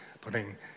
putting